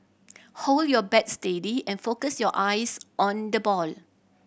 hold your bat steady and focus your eyes on the ball